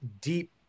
deep